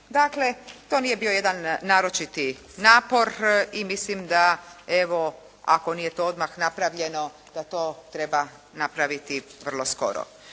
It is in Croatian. Dakle, to nije bio jedan naročiti napor i milim da evo ako to odmah nije napravljeno, da treba napraviti vrlo skoro.